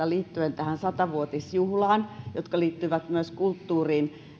liittyen tähän sata vuotisjuhlaan muutamasta sdpn ajatuksesta jotka liittyvät myös kulttuuriin